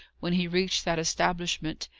when he reached that establishment,